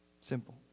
Simple